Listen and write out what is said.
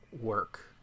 work